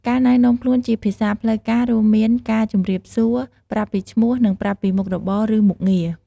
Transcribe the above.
ការណែនាំខ្លួនជាភាសាផ្លូវការរួមមានការ ជំរាបសួរ ប្រាប់ពីឈ្មោះ និងប្រាប់ពីមុខរបរ ឬមុខងារ។